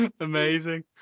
Amazing